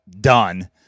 done